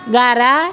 ద్వారా